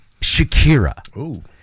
Shakira